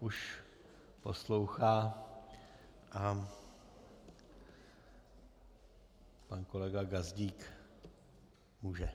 už poslouchá a pan kolega Gazdík může.